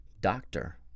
doctor